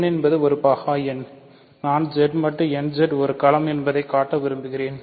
n என்பது ஒரு பகா எண் நான் Z மட்டு nZ ஒரு களம் என்பதைக் காட்ட விரும்புகிறேன்